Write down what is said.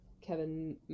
kevin